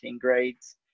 grades